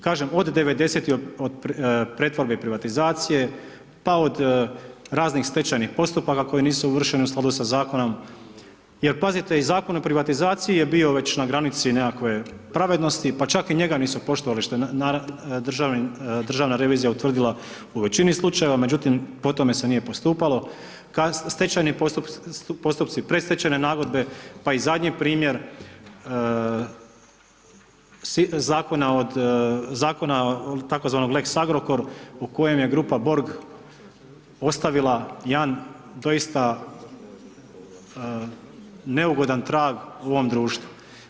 Kažem od '90.-tih od pretvorbe i privatizacije, pa od raznih stečajnih postupaka koji nisu uvršeni u skladu sa zakonom, jer pazite i Zakon o privatizaciji je bio već na granici nekakve pravednosti, pa čak i njega nisu poštovali što je Državna revizija utvrdila u veći slučajeva, međutim po tome se nije postupalo, stečajni postupci, predstečajne nagodbe, pa i zadnji primjer zakona od, zakona tzv. lex Agrokor u kojem je grupa Borg ostavila jedan doista neugodan trag u ovom društvu.